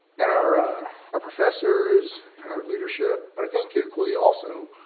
and our ah our professors and our leadership, but i think equally, also,